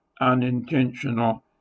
unintentional